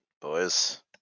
boys